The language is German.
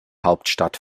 hauptstadt